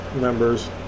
members